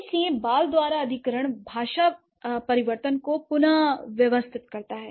इसलिए बाल द्वारा अधिग्रहण भाषा परिवर्तन को पुन व्यवस्थित करता है